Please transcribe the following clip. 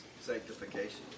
sanctification